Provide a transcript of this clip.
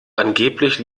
angeblich